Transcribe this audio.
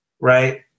right